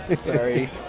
Sorry